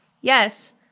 Yes